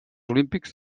olímpics